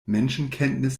menschenkenntnis